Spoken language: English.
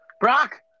Brock